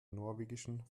norwegischen